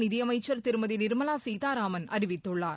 நிதியமைச்சர் திருமதி நிர்மலா சீதாராமன் அறிவித்துள்ளார்